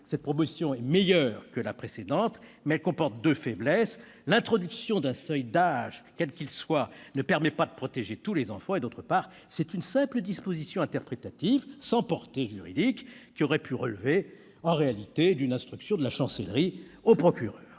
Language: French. nettement meilleure que la précédente, mais elle comporte deux faiblesses : d'une part, l'introduction d'un seuil d'âge, quel qu'il soit, ne permet pas de protéger tous les enfants ; d'autre part, c'est une simple disposition interprétative, sans portée juridique, qui aurait pu relever en réalité d'une instruction de la Chancellerie aux procureurs.